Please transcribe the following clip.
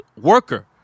worker